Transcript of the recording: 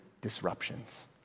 disruptions